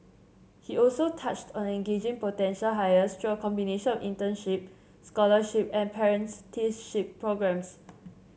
he also touched on engaging potential hires through a combination of internship scholarship and apprenticeship programmes